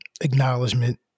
acknowledgement